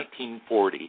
1940